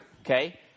okay